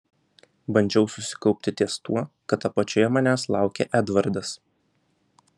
bandžiau susikaupti ties tuo kad apačioje manęs laukė edvardas